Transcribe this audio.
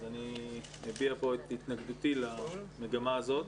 אני מביע פה את התנגדותי למגמה הזאת.